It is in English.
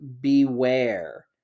beware